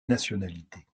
nationalités